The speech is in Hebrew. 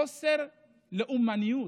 חוסר לאומניות.